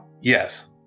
Yes